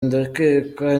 ndakeka